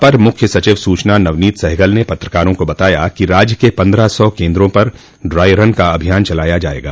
अपर मुख्य सचिव सूचना नवनीत सहगल ने पत्रकारों को बताया कि राज्य के पन्द्रह सौ केन्द्रों पर ड्राई रन का अभियान चलाया जायेगा